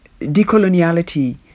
decoloniality